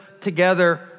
together